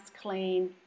clean